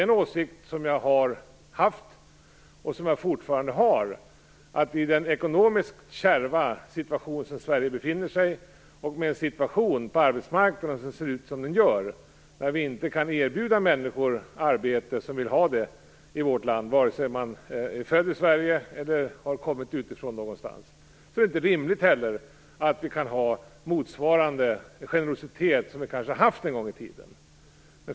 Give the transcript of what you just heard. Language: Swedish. En åsikt som jag har haft och som jag fortfarande har är att i den ekonomiskt kärva situation som Sverige befinner sig i och med en situation på arbetsmarknaden som ser ut som den gör, där vi inte kan erbjuda människor arbete i vårt land, vare sig man är född i Sverige eller någon annanstans, är det inte rimligt att visa samma generositet som vi kanske har gjort en gång i tiden.